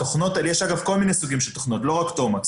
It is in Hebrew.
יש אגב, כל מיני סוגים של תוכנות, לא רק תומקס.